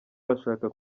urashaka